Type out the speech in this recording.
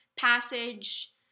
passage